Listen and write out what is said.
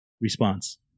response